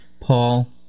Paul